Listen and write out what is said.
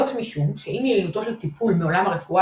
זאת משום שאם יעילותו של טיפול מעולם הרפואה